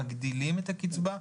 מגדילים את הקצבה.